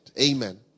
amen